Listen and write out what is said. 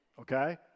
okay